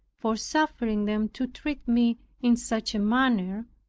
for suffering them to treat me in such a manner,